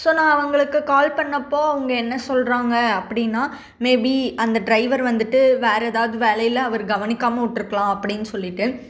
so நான் அவங்களுக்கு call பண்ணப்போ அவங்க என்ன சொல்லுறாங்க அப்படின்னா மேபி அந்த டிரைவர் வந்துவிட்டு வேறு எதாவது வேலையில் அவர் கவனிக்காம விட்ருக்குலாம் அப்படின்னு சொல்லிவிட்டு